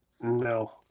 No